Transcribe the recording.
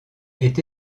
est